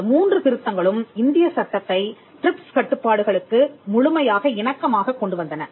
இந்த மூன்று திருத்தங்களும் இந்திய சட்டத்தை டிரிப்ஸ் கட்டுப்பாடுகளுக்கு முழு மையாக இணக்கமாகக் கொண்டு வந்தன